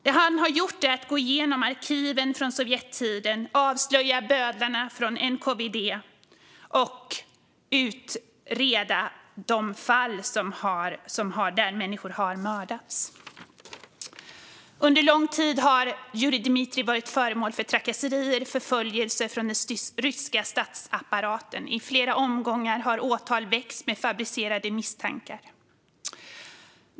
Det han har gjort är att gå igenom arkiven för Sovjettiden, avslöja bödlarna från NKVD och utreda de fall där människor har mördats. Under lång tid har Jurij Dmitrijev varit föremål för trakasserier och förföljelse från den ryska statsapparaten. I flera omgångar har åtal väckts med fabricerade misstankar.